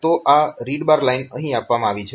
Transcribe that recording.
તો આ read bar line અહીં આપવામાં આવી છે